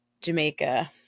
Jamaica